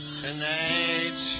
tonight